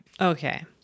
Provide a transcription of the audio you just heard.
Okay